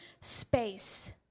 space